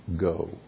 go